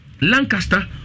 Lancaster